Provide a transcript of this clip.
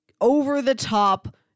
over-the-top